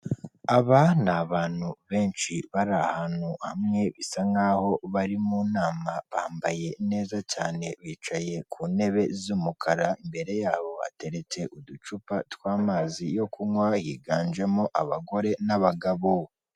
Aba ni abantu benshi bari ahantu hamwe bisa nkaho bari mu nama bambaye neza cyane bicaye ku ntebe z'umukara imbere yabo hateretse uducupa tw'amazi yo kunywa higanjemo abagore n'abagabo.